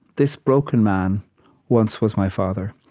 this broken man once was my father,